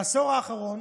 בעשור האחרון